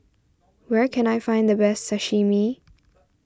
where can I find the best Sashimi